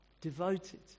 devoted